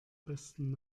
besten